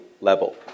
level